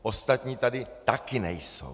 Ostatní tady taky nejsou.